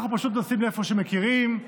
אנחנו נוסעים לאיפה שמכירים,